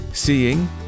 Seeing